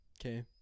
Okay